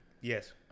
Yes